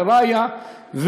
לרעיה,